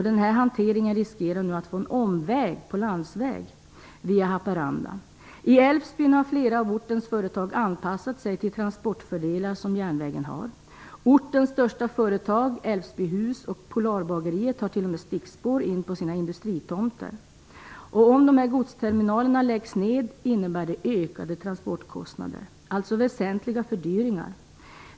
Transporterna riskerar nu att få gå en omväg på landsväg via Haparanda. I Älvsbyn har flera av ortens företag anpassat sig till transportfördelar som järnvägen ger. Ortens största företag Älvsby Hus och Polarbageriet har t.o.m. stickspår in på sina industritomter. Om dessa godsterminaler läggs ned innebär det ökade transportkostnader, alltså väsentliga fördyringar.